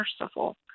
merciful